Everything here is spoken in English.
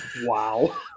Wow